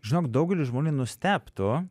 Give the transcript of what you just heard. žinok daugelis žmonių nustebtų